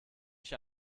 ich